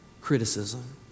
criticism